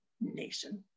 nation